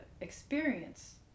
experience